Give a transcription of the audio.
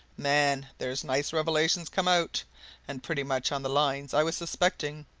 man! there's nice revelations come out and pretty much on the lines i was suspecting.